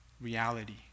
reality